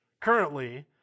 currently